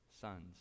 sons